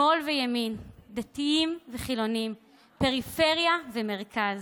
שמאל וימין, דתיים וחילונים, פריפריה ומרכז,